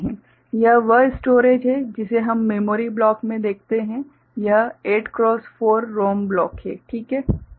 यह वह स्टोरेज है जिसे हम मेमोरी ब्लॉक में देखते हैं यह 8 क्रॉस 4 रोम ब्लॉक है ठीक है